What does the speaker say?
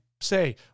say